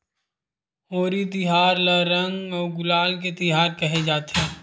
होरी तिहार ल रंग अउ गुलाल के तिहार केहे जाथे